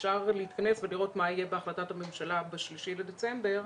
אפשר להתכנס ולראות מה תהיה החלטת הממשלה ב-3 בדצמבר,